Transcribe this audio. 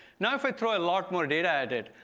now if i throw a lot more data at it